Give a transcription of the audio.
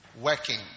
Working